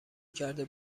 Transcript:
کرده